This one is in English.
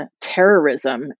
terrorism